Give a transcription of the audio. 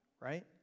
right